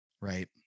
Right